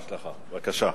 בבקשה.